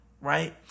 right